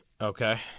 Okay